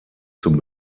zum